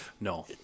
No